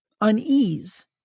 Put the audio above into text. unease